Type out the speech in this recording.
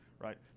right